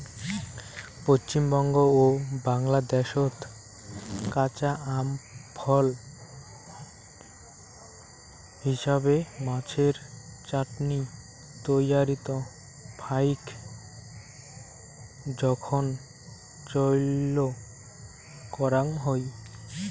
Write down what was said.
পশ্চিমবঙ্গ ও বাংলাদ্যাশত কাঁচা আম ফল হিছাবে, মাছের চাটনি তৈয়ারীত ফাইক জোখন চইল করাং হই